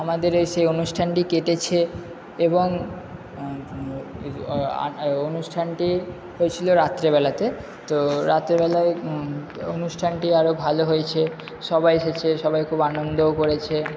আমাদের এই সেই অনুষ্ঠানটি কেটেছে এবং অনুষ্ঠানটি হয়েছিলো রাত্রেবেলাতে তো রাত্রেবেলায় অনুষ্ঠানটি আরো ভালো হয়েছে সবাই এসেছে সবাই খুব আনন্দও করেছে